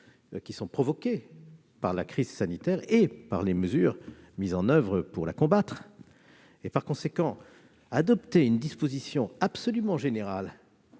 et sociaux provoqués par la crise sanitaire et les mesures mises en oeuvre pour la combattre. Par conséquent, adopter une disposition absolument générale-